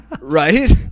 Right